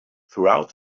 throughout